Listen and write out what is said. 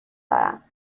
دارم